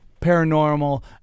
paranormal